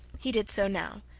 he did so now,